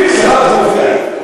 סליחה, זה מפריע.